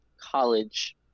college